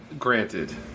Granted